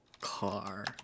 Car